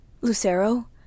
Lucero